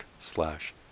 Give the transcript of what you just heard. slash